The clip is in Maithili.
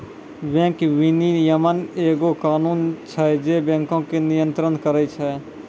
बैंक विनियमन एगो कानून छै जे बैंको के नियन्त्रण करै छै